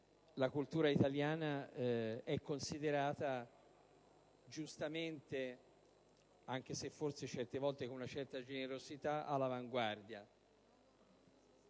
la cultura italiana è considerata giustamente, anche se forse certe volte con una certa generosità, all'avanguardia.